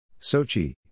Sochi